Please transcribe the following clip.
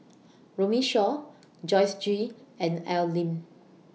Runme Shaw Joyce Jue and Al Lim